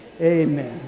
Amen